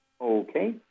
Okay